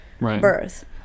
birth